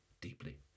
deeply